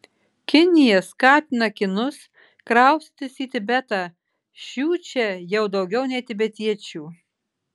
kinija skatina kinus kraustytis į tibetą šių čia jau daugiau nei tibetiečių